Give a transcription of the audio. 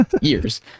years